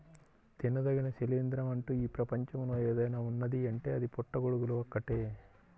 తినదగిన శిలీంద్రం అంటూ ఈ ప్రపంచంలో ఏదైనా ఉన్నదీ అంటే అది పుట్టగొడుగులు ఒక్కటే